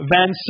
Van